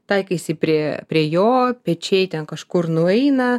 taikaisi prie prie jo pečiai ten kažkur nueina